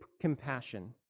compassion